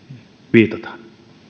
viitataan